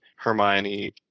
Hermione